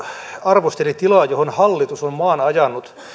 arvosteli tilaa johon hallitus on maan ajanut